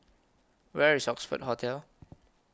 Where IS Oxford Hotel